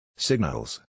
Signals